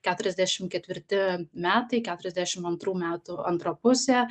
keturiasdešim ketvirti metai keturiasdešim antrų metų antra pusė